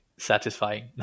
satisfying